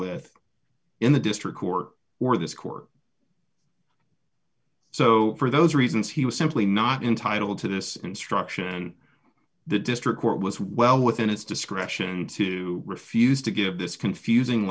with in the district court or this court so for those reasons he was simply not entitle to this instruction the district court was well within its discretion to refuse to give this confusing